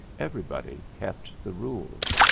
everybody kept the rules.